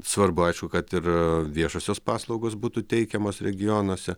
svarbu aišku kad ir viešosios paslaugos būtų teikiamos regionuose